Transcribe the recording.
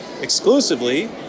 exclusively